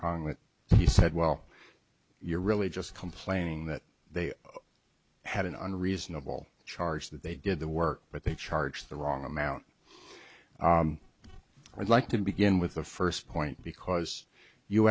with he said well you're really just complaining that they had an unreasonable charge that they did the work but they charge the wrong amount i would like to begin with the first point because you